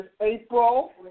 April